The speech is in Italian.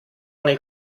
nel